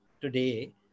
today